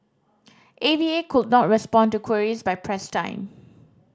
A V A could not respond to queries by press time